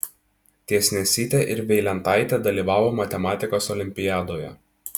tiesnesytė ir veilentaitė dalyvavo matematikos olimpiadoje